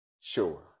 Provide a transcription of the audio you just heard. Sure